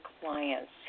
clients